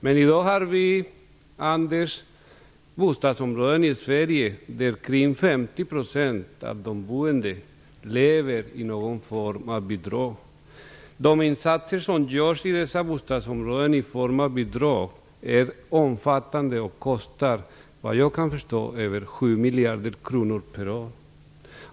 I dag har vi bostadsområden i Sverige där omkring 50 % av de boende lever på någon form av bidrag. De insatser som görs i dessa bostadsområden i form av bidrag är omfattande och kostar, såvitt jag vet, över 7 miljarder kronor per år.